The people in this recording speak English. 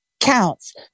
counts